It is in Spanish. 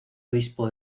obispo